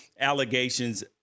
allegations